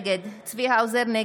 נגד צחי הנגבי,